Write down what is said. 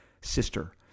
sister